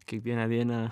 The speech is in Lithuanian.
kiekvieną vieną